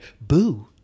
boo